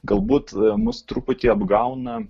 galbūt mus truputį apgauna